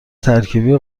ترکیبی